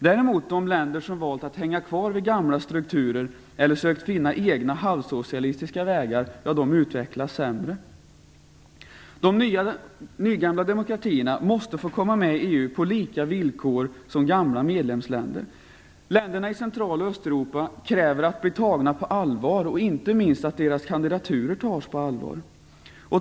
De länder som däremot har valt att hänga kvar vid gamla strukturer eller som har försökt finna egna, halvsocialistiska vägar utvecklas sämre. De nygamla demokratierna måste få komma med i EU på samma villkor som gamla medlemsländer. Länderna i Central och Östeuropa kräver att bli tagna på allvar och inte minst att deras kandidaturer tas på allvar.